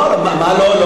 לא, לא, לא, לא.